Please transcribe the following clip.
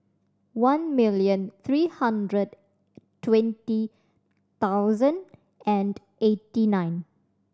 one million three hundred twenty thousand and eighty nine